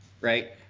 right